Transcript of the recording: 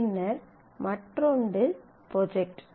பின்னர் மற்றொன்று ப்ரொஜெக்ட்